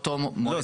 או תום מועד ההארכה.